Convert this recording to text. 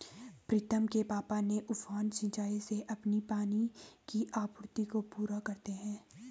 प्रीतम के पापा ने उफान सिंचाई से अपनी पानी की आपूर्ति को पूरा करते हैं